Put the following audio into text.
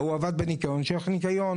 ההוא עבד בניקיון שילך לניקיון,